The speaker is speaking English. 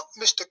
Mr